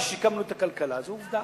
עובדה ששיקמנו את הכלכלה, זו עובדה.